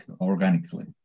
organically